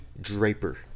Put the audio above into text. Draper